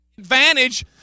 advantage